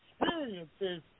experiences